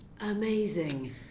amazing